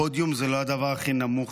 הפודיום הוא לא הדבר הכי נמוך